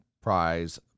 prize